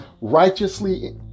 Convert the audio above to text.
righteously